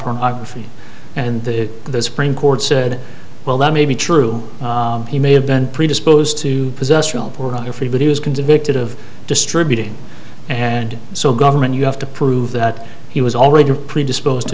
pornography and the supreme court said well that may be true he may have been predisposed to possess real pornography but he was convicted of distributing and so government you have to prove that he was already predisposed to